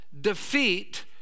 defeat